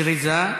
זריזה.